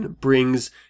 brings